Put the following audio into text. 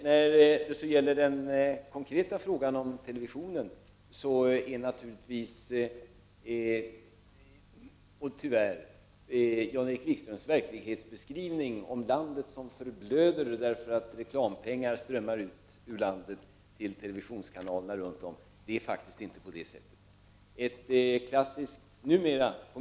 När det gäller den konkreta frågan om televisionen är Jan-Erik Wikströms verklighetsbeskrivning, av landet som förblöder därför att reklampengar strömmar ut ur landet till televisionskanalerna runt om, tyvärr felaktig. Det är naturligtvis inte så.